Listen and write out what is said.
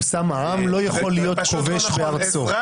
אוסמה, העם לא יכול להיות כובש בארצו.